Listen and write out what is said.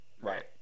right